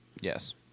Yes